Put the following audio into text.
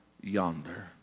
yonder